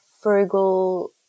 frugal